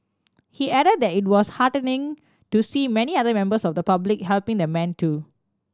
he added that it was heartening to see many other members of the public helping the man too